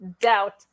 doubt